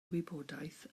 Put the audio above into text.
wybodaeth